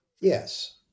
Yes